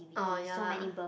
orh ya lah